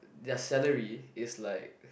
their salary is like